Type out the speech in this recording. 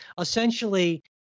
essentially